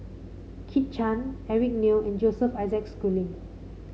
Kit Chan Eric Neo and Joseph Isaac Schooling